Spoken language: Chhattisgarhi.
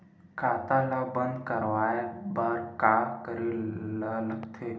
खाता ला बंद करवाय बार का करे ला लगथे?